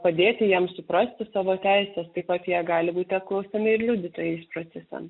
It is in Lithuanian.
padėti jiems suprasti savo teises taip pat jie gali būti apklausiami ir liudytojais procese